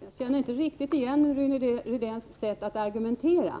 Herr talman! Jag känner inte riktigt igen Rune Rydéns sätt att argumentera;